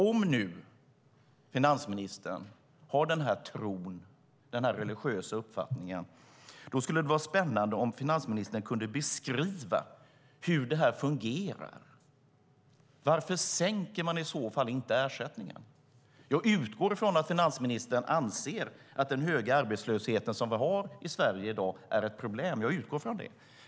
Om nu finansministern har den här tron, den här religiösa uppfattningen, skulle det vara spännande om finansministern kunde beskriva hur det fungerar. Varför sänker man i så fall inte ersättningen? Jag utgår från att finansministern anser att den höga arbetslöshet som vi har i Sverige i dag är ett problem.